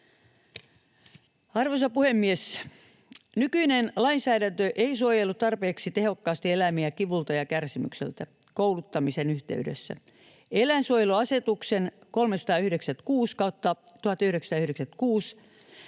Arvoisa puhemies! Nykyinen lainsäädäntö ei suojele tarpeeksi tehokkaasti eläimiä kivulta ja kärsimykseltä kouluttamisen yhteydessä. Eläinsuojeluasetuksen 396/1996